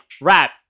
Rap